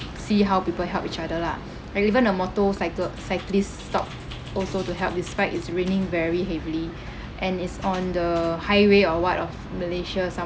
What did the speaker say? see how people help each other lah like even a motorcycle cyclist stopped also to help despite it's raining very heavily and it's on the highway or what of malaysia